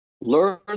Learn